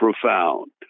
profound